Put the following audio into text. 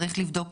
צריך לבדוק